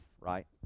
right